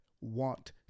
want